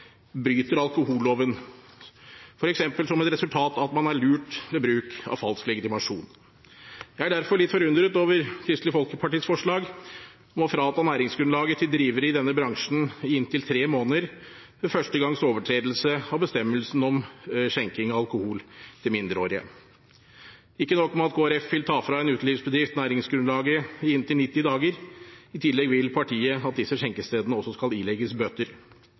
bryter alkoholloven, f.eks. som et resultat av at man er lurt ved bruk av falsk legitimasjon. Jeg er derfor litt forundret over Kristelig Folkepartis forslag om å frata drivere i denne bransjen næringsgrunnlaget i inntil tre måneder ved første gangs overtredelse av bestemmelsen om skjenking av alkohol til mindreårige. Ikke nok med at Kristelig Folkeparti vil ta fra en utelivsbedrift næringsgrunnlaget i inntil 90 dager, i tillegg vil partiet at disse skjenkestedene også skal ilegges bøter.